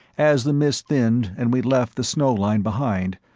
as the mist thinned and we left the snow-line behind,